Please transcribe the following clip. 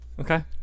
Okay